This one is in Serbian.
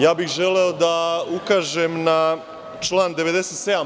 Ja bih želeo da ukažem na član 97.